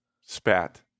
spat